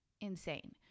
insane